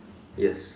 yes